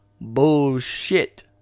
Bullshit